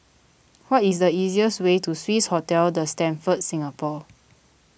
what is the easier's way to Swissotel the Stamford Singapore